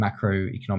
macroeconomic